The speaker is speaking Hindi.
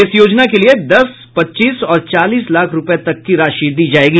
इस योजना के लिए दस पच्चीस और चालीस लाख रूपये तक की राशि दी जायेगी